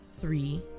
three